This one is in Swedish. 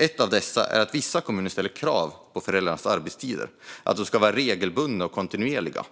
En av dessa är att vissa kommuner ställer krav på föräldrarnas arbetstider: De ska vara regelbundna och kontinuerliga.